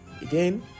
Again